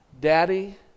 Daddy